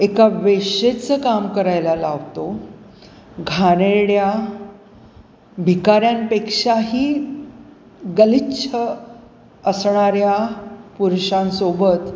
एक वेश्येचं काम करायला लावतो घाणेरड्या भिकाऱ्यांपेक्षाही गलिच्छ असणाऱ्या पुरुषांसोबत